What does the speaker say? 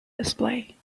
display